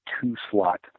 two-slot